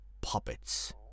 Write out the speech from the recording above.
puppets